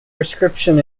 prescription